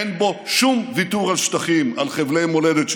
אין בו שום ויתור על שטחים, על חבלי מולדת שלנו,